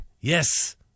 yes